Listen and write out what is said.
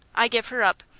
i give her up.